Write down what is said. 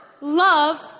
love